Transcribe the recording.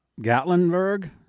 Gatlinburg